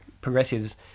progressives